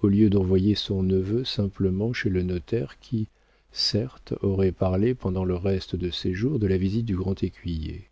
au lieu d'envoyer son neveu simplement chez le notaire qui certes aurait parlé pendant le reste de ses jours de la visite du grand écuyer